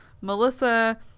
Melissa